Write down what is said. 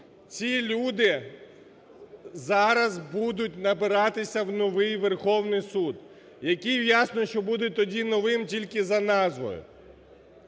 Ці люди зараз будуть набиратися в новий Верховний Суд, який, ясно, що буде тоді новим тільки за назвою.